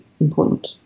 important